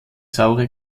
saure